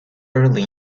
early